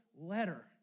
letter